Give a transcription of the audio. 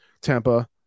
Tampa